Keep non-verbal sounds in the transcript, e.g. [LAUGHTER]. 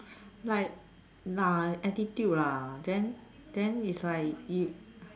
like [NOISE] attitude lah then then is like you